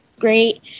great